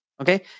okay